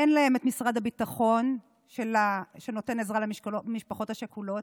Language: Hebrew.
אין להם את משרד הביטחון שנותן עזרה למשפחות השכולות,